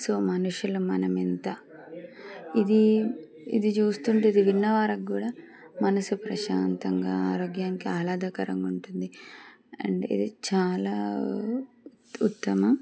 so మనుషులు మనమే ఎంత ఇది ఇది చూస్తుంటేది విన్నవారికి కూడా మనసు ప్రశాంతంగా ఆరోగ్యానికి ఆహ్లాదకరంగా ఉంటుంది అండ్ ఇది చాలా ఉత్తమ